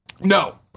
No